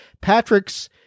Patrick's